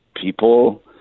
people